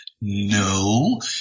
no